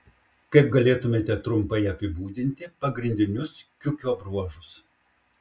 kaip galėtumėte trumpai apibūdinti pagrindinius kiukio bruožus